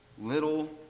little